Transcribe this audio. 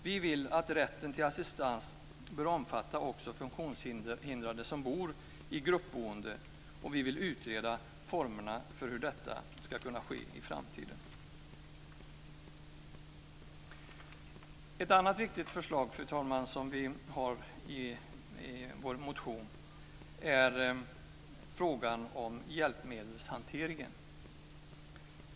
Vi vill att rätten till assistans bör omfatta också funktionshindrade som bor i gruppboende. Vi vill utreda formerna för hur detta ska kunna ske i framtiden. Fru talman! Ett annat viktigt förslag som vi har i vår motion gäller hjälpmedelshanteringen.